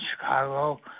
Chicago